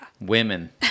women